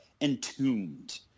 Entombed